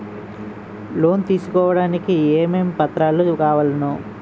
Loan తీసుకోడానికి ఏమేం పత్రాలు కావలెను?